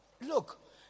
look